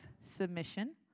submission